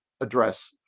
address